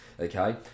okay